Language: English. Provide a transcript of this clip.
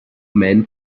men